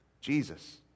Jesus